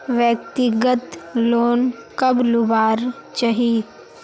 व्यक्तिगत लोन कब लुबार चही?